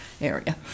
area